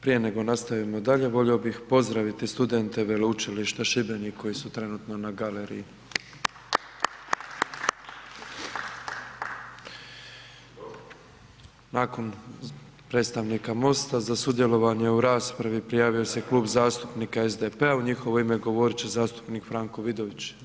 Prije nego nastavimo dalje, volio bih pozdraviti studente Veleučilišta Šibenik koji su trenutno na galeriji. Nakon predstavnika MOST-a, za sudjelovanje u raspravi prijavio se Klub zastupnika SDP-a, u njihovo ime govorit će zastupnik Franko Vidović, izvolite.